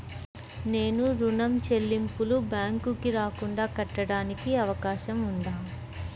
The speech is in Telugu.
నేను ఋణం చెల్లింపులు బ్యాంకుకి రాకుండా కట్టడానికి అవకాశం ఉందా?